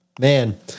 Man